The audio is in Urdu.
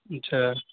اچھا